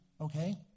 okay